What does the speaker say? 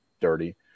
dirty